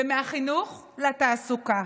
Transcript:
ומהחינוך, לתעסוקה.